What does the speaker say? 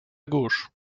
gauche